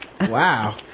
Wow